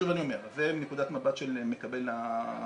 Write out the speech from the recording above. שוב אני אומר, זה מנקודת מבט של מקבל השירות.